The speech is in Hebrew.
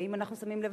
אם אנחנו שמים לב,